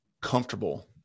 comfortable